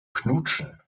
knutschen